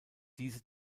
diese